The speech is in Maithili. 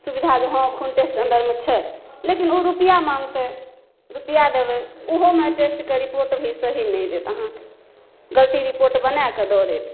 सुबिधा जे हँ खून टेस्ट अन्दरमे छै लेकिन ओ रूपैआ माँगतै रूपैआ देबै ओहोमे टेस्टके रिपोर्ट भी सही नहि देत अहाँके गलती रिपोर्ट बनाके दऽ देत